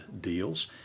deals